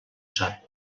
sap